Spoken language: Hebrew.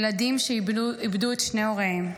ילדים שאיבדו איבדו את שני הוריהם.